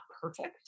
perfect